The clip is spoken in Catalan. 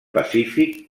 pacífic